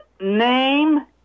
name